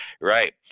Right